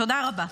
תודה רבה.